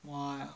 !wah!